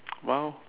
!wow!